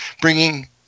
bringing